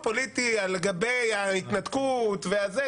הממשלה כבר החליטה על נסיגה מחומש בחוק ההתנתקות מהאזור הזה,